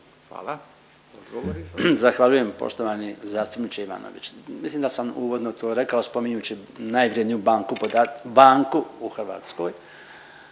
(HDZ)** Zahvaljujem poštovani zastupniče Ivanović. Mislim da sam uvodno to rekao spominjući najvrijedniju banku u Hrvatskoj